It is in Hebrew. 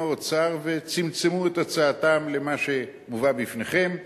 האוצר וצמצמו את הצעתם למה שמובא בפניכם,